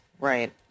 Right